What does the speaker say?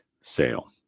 sale